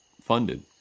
funded